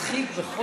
שמצחיק בכל הסיפור,